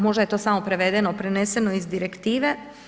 Možda je to samo prevedeno, preneseno iz direktive?